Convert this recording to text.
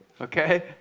Okay